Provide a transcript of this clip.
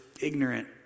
ignorant